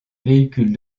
véhicules